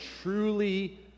truly